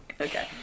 okay